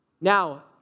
now